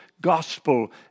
gospel